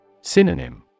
Synonym